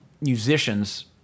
musicians